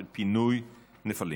של פינוי נפלים.